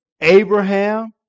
Abraham